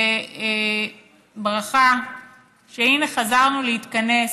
בברכה שהינה, חזרנו להתכנס,